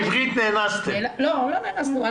לא, לא נאנסנו.